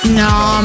no